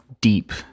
deep